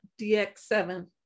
DX7